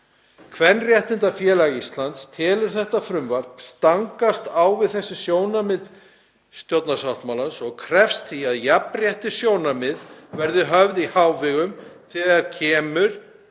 Kvenréttindafélag Íslands telur þetta frumvarp stangast á við þessi sjónarmið stjórnarsáttmálans og krefst því að jafnréttissjónarmið verði höfð í hávegum þegar viðkemur